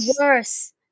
worse